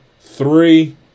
three